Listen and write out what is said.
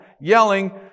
yelling